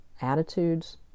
attitudes